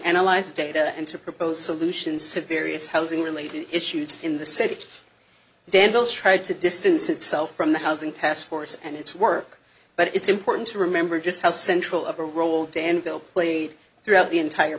analyze data and to propose solutions to various housing related issues in the city then bill tried to distance itself from the housing task force and its work but it's important to remember just how central of a role danville played throughout the entire